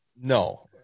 No